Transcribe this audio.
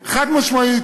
חד-משמעית,